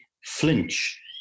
flinch